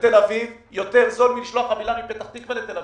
לתל-אביב יותר זול מלשלוח חבילה מפתח-תקווה לתל-אביב,